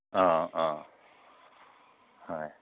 ꯑ ꯑ ꯍꯣꯏ